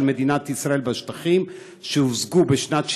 מדינת ישראל בשטחים שהושגו בשנת 67',